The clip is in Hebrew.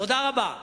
תודה רבה.